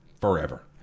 forever